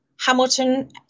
Hamilton